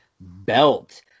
belt